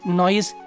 noise